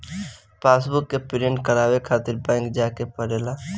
passbook के print करवावे खातिर बैंक जाए के पड़ेला